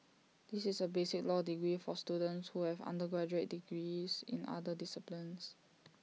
this is A basic law degree for students who have undergraduate degrees in other disciplines